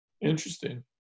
Interesting